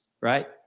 right